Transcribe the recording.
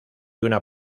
una